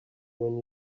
when